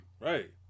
Right